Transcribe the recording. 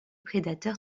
prédateurs